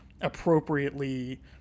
appropriately